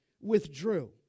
Withdrew